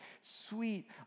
sweet